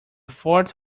fort